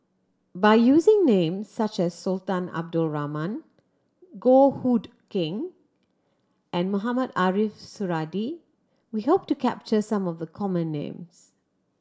by using names such as Sultan Abdul Rahman Goh Hood Keng and Mohamed Ariff Suradi we hope to capture some of the common names